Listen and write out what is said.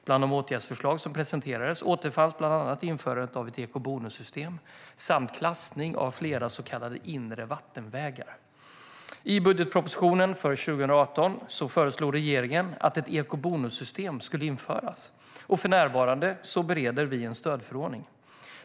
Bland de åtgärdsförslag som presenterades återfanns bland annat införande av ett eco-bonussystem samt klassning av flera så kallade inre vattenvägar. I budgetpropositionen för 2018 föreslog regeringen att ett eco-bonussystem skulle införas, och för närvarande bereder vi en stödförordning.